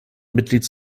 mitglieds